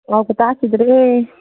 ꯄꯥꯎꯒ ꯇꯥꯈꯤꯗ꯭ꯔꯦ